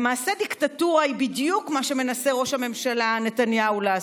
למעשה דיקטטורה היא בדיוק מה שמנסה ראש הממשלה נתניהו לעשות.